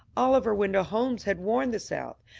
oliver wendell holmes had warned the south,